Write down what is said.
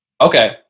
Okay